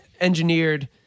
engineered